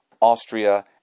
Austria